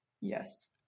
Yes